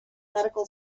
medical